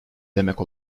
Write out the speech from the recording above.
demek